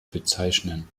bezeichnen